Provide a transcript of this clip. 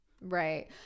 Right